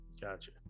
Gotcha